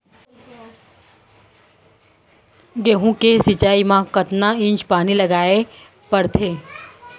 गेहूँ के सिंचाई मा कतना इंच पानी लगाए पड़थे?